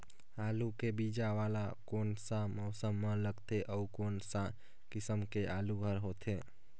आलू के बीजा वाला कोन सा मौसम म लगथे अउ कोन सा किसम के आलू हर होथे?